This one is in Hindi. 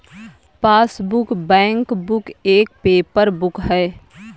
पासबुक, बैंकबुक एक पेपर बुक है